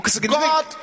God